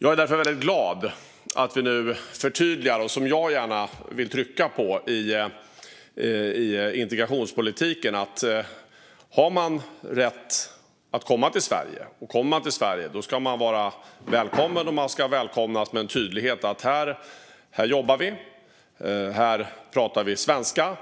Jag är därför väldigt glad att vi nu förtydligar något som jag gärna vill trycka på i integrationspolitiken, nämligen att den som har rätt att komma till Sverige - och kommer till Sverige - ska vara välkommen och välkomnas med tydlighet. Det ska vara tydligt: Här jobbar vi, här pratar vi svenska